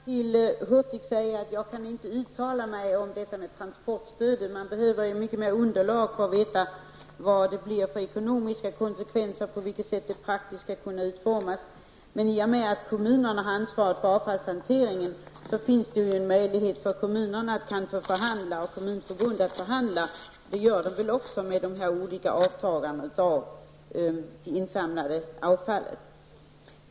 Herr talman! Jag kan inte, Bengt Hurtig, uttala mig om detta med transportstöd. Det behövs ett ordentligt underlag för att man skall veta vilka de ekonomiska konsekvenserna blir och på vilket sätt det här praktiskt skulle kunna utformas. I och med att det är kommunerna som har ansvaret för avfallshanteringen finns det kanske en möjlighet för kommunerna och Kommunförbundet att förhandla, och det gör man nog också, med de olika mottagarna av insamlat avfall.